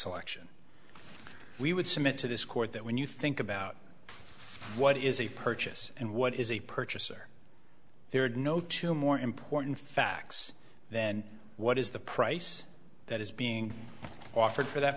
selection we would submit to this court that when you think about what is a purchase and what is a purchaser there are no two more important facts then what is the price that is being offered for that